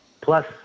Plus